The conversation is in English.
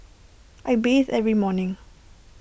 I bathe every morning